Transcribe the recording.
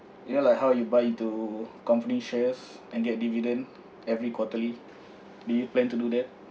you know like how you buy into company shares and get dividend every quarterly do you plan to do that